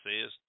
says